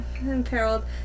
imperiled